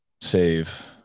save